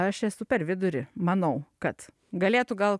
aš esu per vidurį manau kad galėtų gal